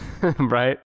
Right